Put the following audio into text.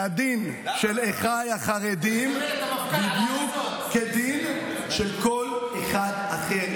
המדיניות שלי היא שהדין של אחיי החרדים יהיה כדין של כל אחד אחר.